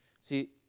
See